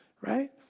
right